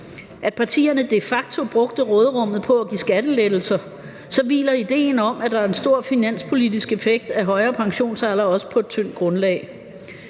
at partierne de facto brugte råderummet på at give skattelettelser, så hviler idéen om, at der er en stor finanspolitisk effekt af højere pensionsalder, også på et tyndt grundlag.